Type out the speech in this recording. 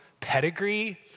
pedigree